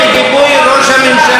זה בגיבוי ראש הממשלה,